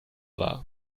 war